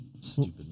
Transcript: Stupid